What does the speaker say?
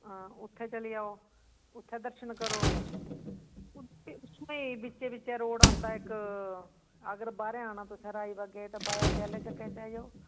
हां उत्थै चली जाओ उत्थै दर्शन करो उत्थै बिच्चें बिच्चें रोड़ आंदा इक्क अगर बाह्रें आना तुसें राजबागें तां बाया दयाला चक्कै चें आई जाओ